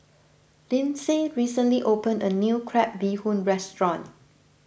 Lyndsay recently opened a new Crab Bee Hoon restaurant